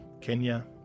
Kenya